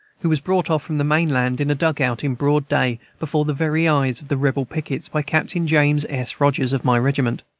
who was brought off from the main-land in a dug-out, in broad day, before the very eyes of the rebel pickets, by captain james s. rogers, of my regiment.